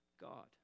God